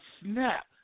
snap